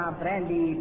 brandy